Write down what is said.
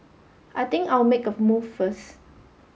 I think I'll make a move first